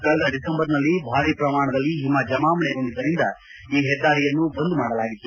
ಕಳೆದ ಡಿಸೆಂಬರ್ ನಲ್ಲಿ ಭಾರಿ ಪ್ರಮಾಣದಲ್ಲಿ ಹಿಮ ಜಮಾವಣೆ ಗೊಂಡಿದ್ದರಿಂದ ಈ ಹೆದ್ದಾರಿಯನ್ನು ಬಂದ್ ಮಾಡಲಾಗಿತ್ತು